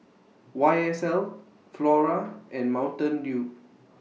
Y S L Flora and Mountain Dew